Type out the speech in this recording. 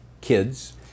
kids